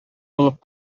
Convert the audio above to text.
булып